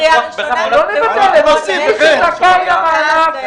מי שזכאי למענק